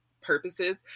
purposes